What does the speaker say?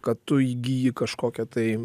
kad tu įgyji kažkokią tai